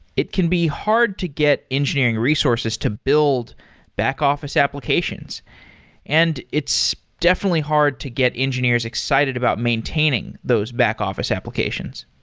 it can be hard to get engineering resources to build back-office applications and it's definitely hard to get engineers excited about maintaining those back-office applications.